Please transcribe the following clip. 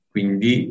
Quindi